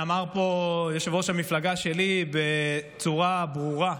ואמר פה יושב-ראש המפלגה שלי בצורה ברורה: